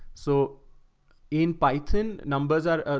so in peyton numbers are.